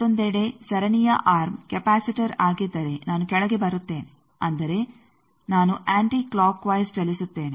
ಮತ್ತೊಂದೆಡೆ ಸರಣಿಯ arm capacitor ಆಗಿದ್ದರೆ ನಾನು ಕೆಳಗೆ ಬರುತ್ತೇನೆ ಅಂದರೆ ನಾನು ಆಂಟಿ ಕ್ಲೋಕ್ಕ್ ವೈಸ್ ಚಲಿಸುತ್ತೇನೆ